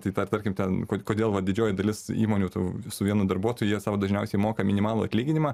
tai tarkim ten kur kodėl didžioji dalis įmonių tu su vienu darbuotoju jie sau dažniausiai moka minimalų atlyginimą